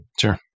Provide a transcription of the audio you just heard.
Sure